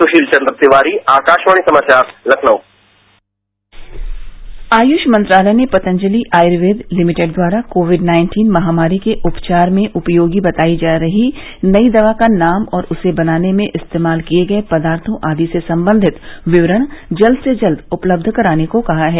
सुशील चन्द्र तिवारी आकाशवाणी समाचार लखनऊ आयुष मंत्रालय ने पतंजलि आयुर्वेद लिमिटेड द्वारा कोविड नाइन्टीन महामारी के उपचार में उपयोगी बताई जा रही नई दवा का नाम और उसे बनाने में इस्तेमाल किए गए पदार्थों आदि से संबंधित विवरण जल्द से जल्द उपलब्ध कराने को कहा है